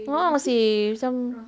a'ah seh macam